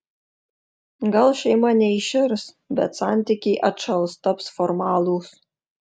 gal šeima neiširs bet santykiai atšals taps formalūs